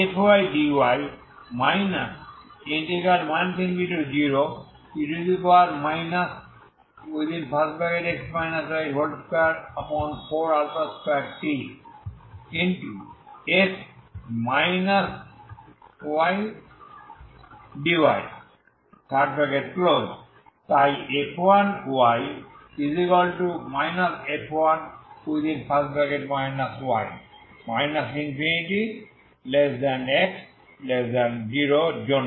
তাই f1y f y ∞x0এর জন্য